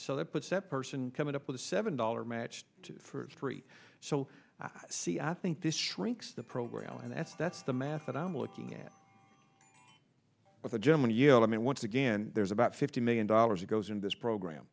so that puts that person coming up with a seven dollar match for free so see i think this shrinks the program and that's that's the math that i'm looking at at the gym and you know i mean once again there's about fifty million dollars that goes into this program